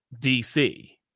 DC